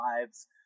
lives